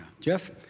Jeff